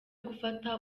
gufata